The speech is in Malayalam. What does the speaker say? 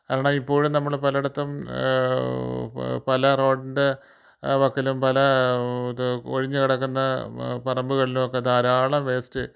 കാരണം ഇപ്പോഴും നമ്മൾ പലയിടത്തും പല റോഡിൻ്റെ വക്കിലും പല ഇത് ഒഴിഞ്ഞ് കിടക്കുന്ന പറമ്പുകളിലും ഒക്ക ധാരാളം വേസ്റ്റ്